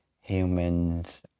human's